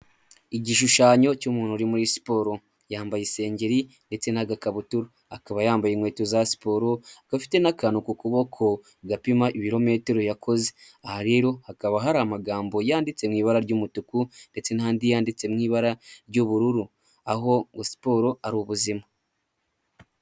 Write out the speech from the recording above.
Igishushanyo cy'umuntu uri muri siporo, yambaye isengeri ndetse nagakabutura, akaba yambaye inkweto za siporo, akaba afite n'akantu ku kuboko gapima ibirometero yakoze. Aha rero hakaba hari amagambo yanditswe mwibara ry'umutuku ndetse n'andi yanditsewe mwibara ry'ubururu aho siporo ari ubuzima.